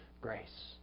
grace